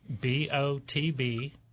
B-O-T-B